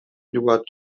eduard